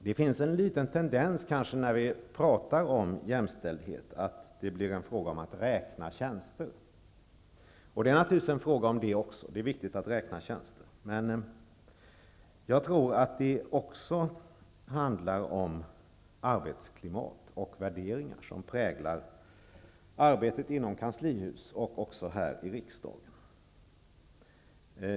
Det finns en liten tendens, när vi pratar om jämställdhet, att det blir en fråga om att räkna tjänster. Det är naturligtvis en fråga om det också -- det är viktigt att räkna tjänster -- men jag tror att det också handlar om arbetsklimat och värderingar som präglar arbetet inom Kanslihuset och också här i riksdagen.